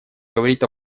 говорит